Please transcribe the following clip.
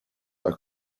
are